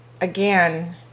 again